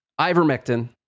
ivermectin